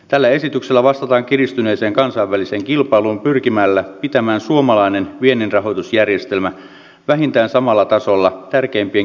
tällä esityksellä vastataan kiristyneeseen kansainväliseen kilpailuun pyrkimällä pitämään suomalainen vienninrahoitusjärjestelmä vähintään samalla tasolla tärkeimpien kilpailijamaiden kanssa